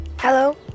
Hello